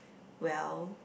well